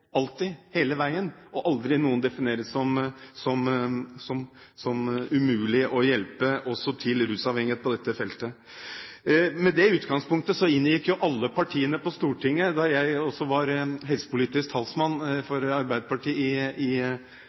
alltid, hele veien – og aldri skal noen defineres som umulige å hjelpe til rusfrihet. Med dette utgangspunktet inngikk alle partiene på Stortinget høsten 2008 – da jeg var helsepolitisk talsmann for Arbeiderpartiet – et forlik om rusbehandling i innstillingen til statsbudsjettet for 2009. I